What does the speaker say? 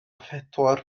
phedwar